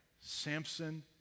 Samson